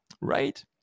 right